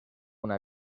una